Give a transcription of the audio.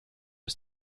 ist